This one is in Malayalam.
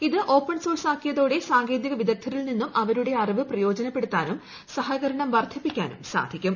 ഇത് ഓപ്പൺ സോഴ്സ് ആക്കിയതോടെ സാങ്കേതിക വിദഗ്ധരിൽ നിന്നും അവരുടെ അറിവ് പ്രയോജനപ്പെടുത്താനും സഹകരണം വർദ്ധിപ്പിക്കാനും സാധിക്കും